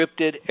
scripted